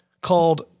called